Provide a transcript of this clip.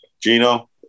Gino